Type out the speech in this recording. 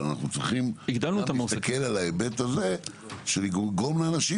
אבל אנחנו צריכים להסתכל על ההיבט הזה שיגרום לאנשים